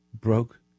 broke